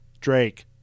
Drake